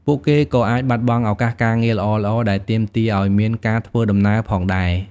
ពួកគេក៏អាចបាត់បង់ឱកាសការងារល្អៗដែលទាមទារឱ្យមានការធ្វើដំណើរផងដែរ។